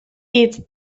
hitz